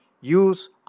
Use